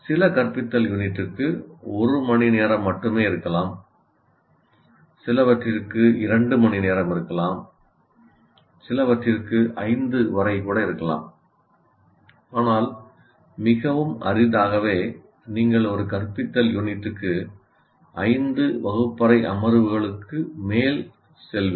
சில கற்பித்தல் யூனிட்டுக்கு 1 மணிநேரம் மட்டுமே இருக்கலாம் சிலவற்றிற்கு 2 இருக்கலாம் சிலவற்றிற்கு 5 வரை கூட இருக்கலாம் ஆனால் மிகவும் அரிதாகவே நீங்கள் ஒரு கற்பித்தல் யூனிட்டுக்கு 5 வகுப்பறை அமர்வுகளுக்கு மேல் செல்வீர்கள்